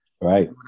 Right